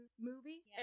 movie